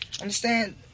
understand